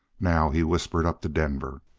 now he whispered up to denver.